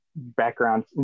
background